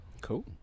Cool